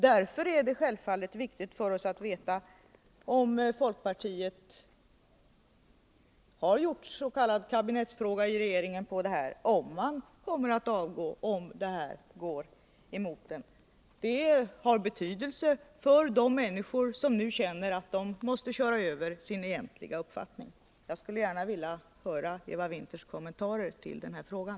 Därför är det självfallet viktigt för oss att veta om folkpartiet har ställt s.k. kabinettsfråga i regeringen — om man kommer att avgå om röstningen går emot det egna förslaget. Det har betydelse för de människor som nu känner att de måste köra över sin egentliga uppfattning. Jag skulle gärna vilja höra Eva Winthers kommentarer till den frågan.